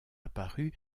apparue